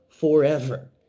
Forever